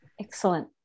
Excellent